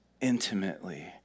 intimately